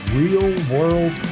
real-world